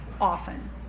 often